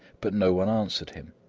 but no one answered him!